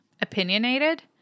opinionated